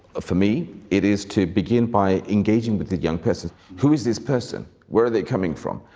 ah for me, it is to begin by engaging with the young person. who is this person? where are they coming from?